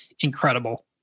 incredible